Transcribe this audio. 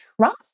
trust